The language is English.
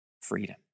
freedom